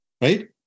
right